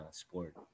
sport